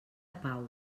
pau